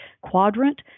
quadrant